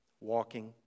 Walking